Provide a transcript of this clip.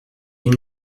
une